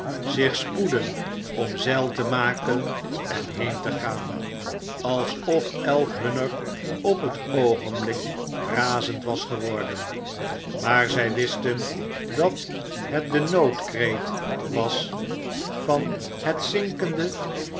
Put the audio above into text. zich spoeden om zeil te maken en heen te gaan alsof elk hunner op het oogenblik razend was geworden maar zy wisten dat het de noodkreet was van het zinkende